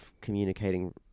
communicating